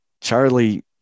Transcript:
Charlie